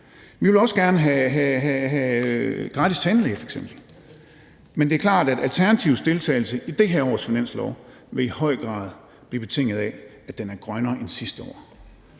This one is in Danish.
Vi vil også gerne have gratis tandlægebehandling f.eks., men det er klart, at Alternativets deltagelse i næste års finanslov i høj grad vil være betinget af, at den bliver grønnere end dette års